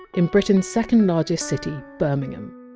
in britain's second largest city, birmingham?